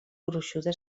gruixuda